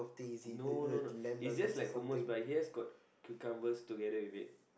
no no its just like hummus but it has got cucumbers together with it